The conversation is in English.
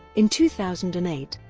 in two thousand and eight,